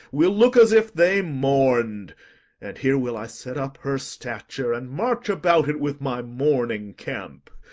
will look as if they mourn'd and here will i set up her stature, and march about it with my mourning camp,